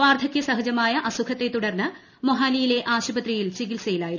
വാർദ്ധകൃ സഹജമായ അസുഖത്തെ തുടർന്ന് മൊഹാലിയിലെ ആശുപത്രിയിൽ ചികിത്സയിലായിരുന്നു